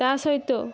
ତା ସହିତ